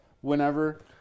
whenever